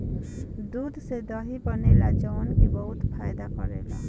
दूध से दही बनेला जवन की बहुते फायदा करेला